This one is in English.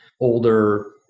older